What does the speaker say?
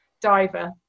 diver